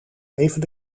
even